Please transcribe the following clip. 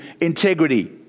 integrity